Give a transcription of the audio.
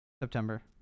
September